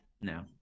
No